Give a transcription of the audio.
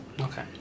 Okay